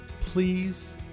please